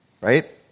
Right